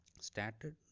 started